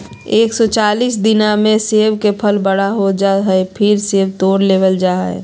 एक सौ चालीस दिना मे सेब के फल बड़ा हो जा हय, फेर सेब तोड़ लेबल जा हय